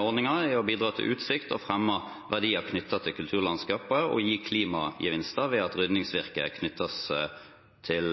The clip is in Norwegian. ordningen er å bidra til utsikt og å fremme verdier knyttet til kulturlandskapet og å gi klimagevinster ved at ryddingsvirket benyttes til